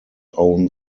own